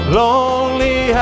lonely